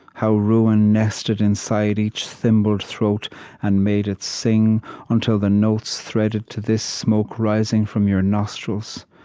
how ruin nested inside each thimbled throat and made it sing until the notes threaded to this smoke rising from your nostrils.